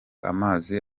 amazi